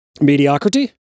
mediocrity